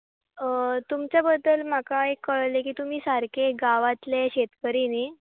तुमचे बद्दल म्हाका एक कळ्ळें की तुमी सारके गांवांतले शेतकारी न्ही